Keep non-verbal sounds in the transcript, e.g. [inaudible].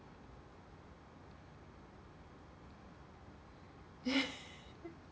[laughs]